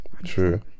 true